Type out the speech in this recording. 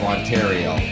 Ontario